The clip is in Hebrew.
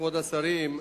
כבוד השרים,